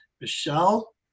Michelle